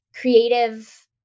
creative